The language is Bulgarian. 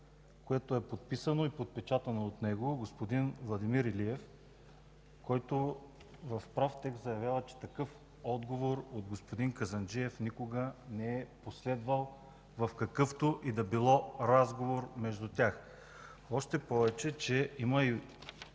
което е подписано и подпечатано от него – господин Владимир Илиев, който в прав текст заявява, че такъв отговор от господин Казанджиев никога не е последвал в какъвто и да било разговор между тях. Още повече, че има и